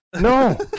No